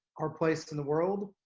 our place in the world,